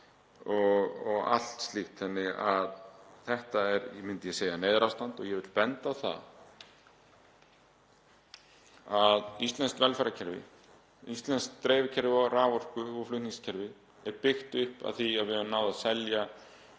og allt slíkt. Þannig að þetta er, myndi ég segja, neyðarástand og ég vil benda á það að íslenskt velferðarkerfi, íslenskt dreifikerfi raforku og flutningskerfi er byggt upp af því að við höfum náð að selja